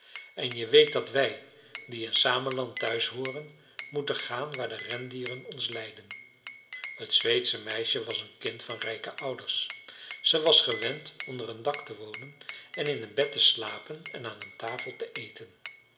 en je weet dat wij die in sameland thuis hooren moeten gaan waar de rendieren ons leiden t zweedsche meisje was een kind van rijke ouders ze was gewend onder een dak te wonen en in een bed te slapen en aan een tafel te eten